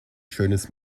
schönes